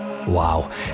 Wow